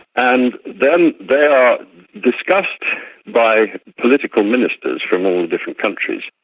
and then they are discussed by political ministers from all the different countries.